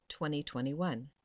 2021